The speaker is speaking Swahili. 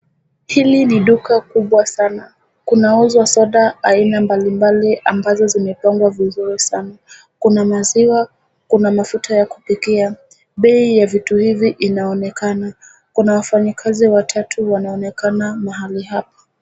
Hili ni duka kubwa sana. Linaonyesha soda aina mbalimbali ambazo zimetundikwa vizuri sana. Kuna ngazi, na kuna masuti ya kuuzia. Bei ya vitu hivi inaonekana. Kuna wafanyakazi watatu wanaoonekana mahali hapa.